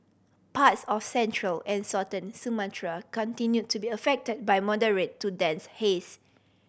parts of central and southern Sumatra continue to be affected by moderate to dense haze